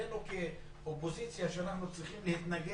עלינו אופוזיציה, שאנחנו צריכים להתנגד